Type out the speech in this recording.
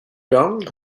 donald